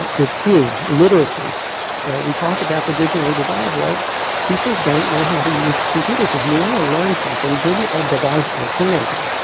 it is huge. literacy we talked about the digital divide. people don't know how to use computers. if you want to learn something, give a device to a teenager.